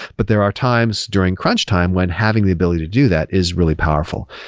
but there are times during crunch time when having the ability to do that is really powerful.